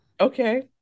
okay